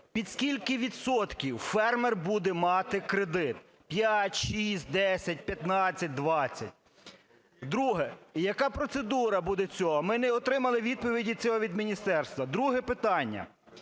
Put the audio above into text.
Під скільки відсотків фермер буде мати кредит – 5, 6, 10, 15, 20? Друге. І яка процедура буде цього? Ми не отримали відповіді цієї від міністерства. Друге питання.